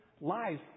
Life